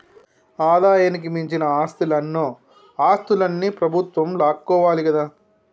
ఆదాయానికి మించిన ఆస్తులన్నో ఆస్తులన్ని ప్రభుత్వం లాక్కోవాలి కదా